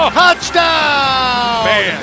touchdown